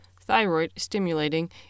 thyroid-stimulating